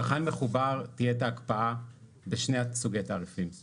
צרכן מחובר תהיה את ההקפאה בשני סוגי תעריפים-גם